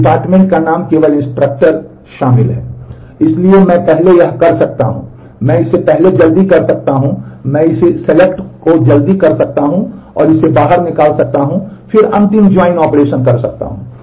इसलिए मैं पहले यह कर सकता हूं कि मैं इसे जल्दी कर सकता हूं मैं इस सेलेक्ट को जल्दी कर सकता हूं और इसे बाहर निकाल सकता हूं और फिर अंतिम ज्वाइन ऑपरेशन कर सकता हूं